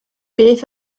beth